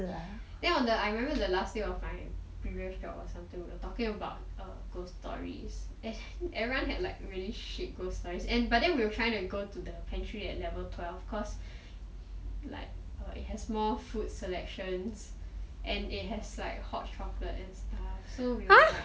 then on the I remember on the last day of my previous job or something we were talking about ghost stories everyone had like really shit ghost stories but then we were trying to go to the pantry at level twelve cause like it has more food selections and it has like hot chocolate and stuff so we were like